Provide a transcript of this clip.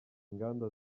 inganda